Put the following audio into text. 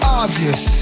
obvious